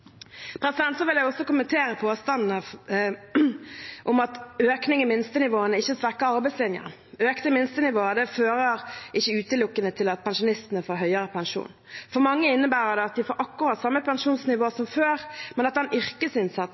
vil også kommentere påstandene om at økning i minstenivåene ikke svekker arbeidslinjen. Økte minstenivåer fører ikke utelukkende til at pensjonistene får høyere pensjon. For mange innebærer det at de får akkurat samme pensjonsnivå som før, men at